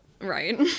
Right